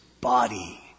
body